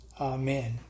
Amen